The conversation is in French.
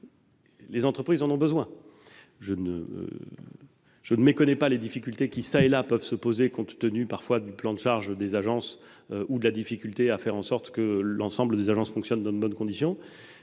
les entreprises en ont besoin. Je ne méconnais pas les difficultés qui, çà et là, peuvent se poser compte tenu du plan de charges des agences ou de la difficulté à faire en sorte que l'ensemble de celles-ci fonctionnent dans de bonnes conditions.